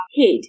head